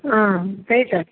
a त्यही त